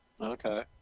Okay